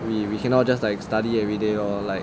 we cannot just like study everyday lor like